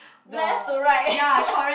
left to right